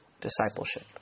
discipleship